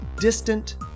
distant